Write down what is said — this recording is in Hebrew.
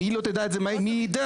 אם היא לא תדע את זה מי ידע?